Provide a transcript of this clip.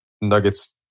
Nuggets